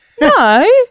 no